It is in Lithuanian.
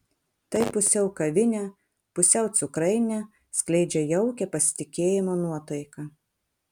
tai pusiau kavinė pusiau cukrainė skleidžia jaukią pasitikėjimo nuotaiką